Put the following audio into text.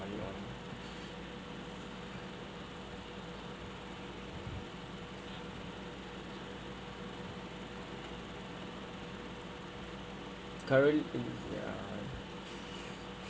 currently ya